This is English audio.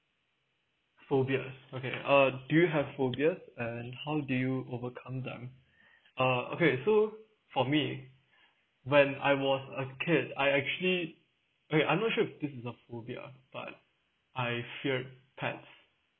phobia okay uh do you have phobia and how do you overcome them uh okay so for me when I was a kid I actually okay I'm not sure if this is a phobia but I feared pets